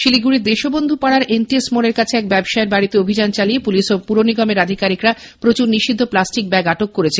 শিলিগুড়ির দেশবন্ধু পাড়ার এনটিএস মোড়ের কাছে একটি ব্যবসায়ীর বাড়িতে অভিযান চালিয়ে পুলিশ ও পুরনিগমের আধিকারিকরা প্রচুর নিষিদ্ধ প্লাস্টিক ব্যাগ আটক করেছে